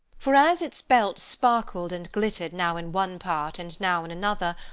for as its belt sparkled and glittered now in one part and now in another,